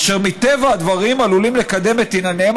אשר מטבע הדברים עלולים לקדם את ענייניהם